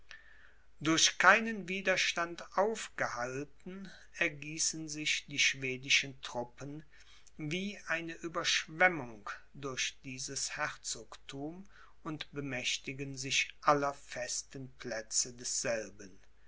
durch keinen widerstand aufgehalten ergießen sich die schwedischen trnppen wie eine ueberschwemmung durch dieses herzogthum und bemächtigen sich aller festen plätze desselben